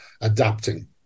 adapting